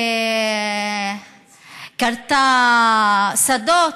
כרתה שדות